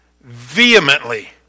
vehemently